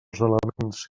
els